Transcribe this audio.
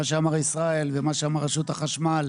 מה שאמר ישראל ומה שאמר רשות החשמל,